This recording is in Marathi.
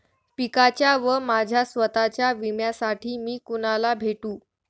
पिकाच्या व माझ्या स्वत:च्या विम्यासाठी मी कुणाला भेटू?